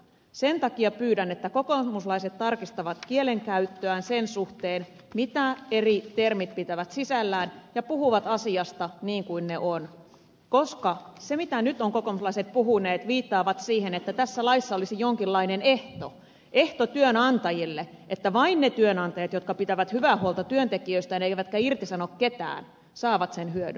sen takia pyydän että kokoomuslaiset tarkistavat kielenkäyttöään sen suhteen mitä eri termit pitävät sisällään ja puhuvat asiasta niin kuin se on koska se mitä nyt ovat kokoomuslaiset puhuneet viittaa siihen että tässä laissa olisi jonkinlainen ehto ehto työnantajille että vain ne työnantajat jotka pitävät hyvää huolta työntekijöistään eivätkä irtisano ketään saavat sen hyödyn